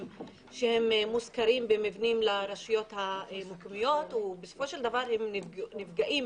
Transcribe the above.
שמושכרים על ידי הרשויות המקומיות ובסופו של דבר הן נפגעות